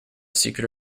secret